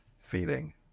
feeling